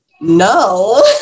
no